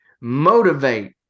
motivate